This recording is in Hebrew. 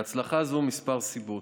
להצלחה הזאת כמה סיבות: